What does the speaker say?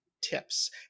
tips